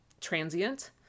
transient